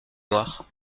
noire